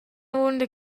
avunda